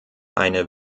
eine